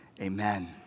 amen